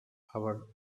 hour